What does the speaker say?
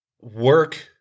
Work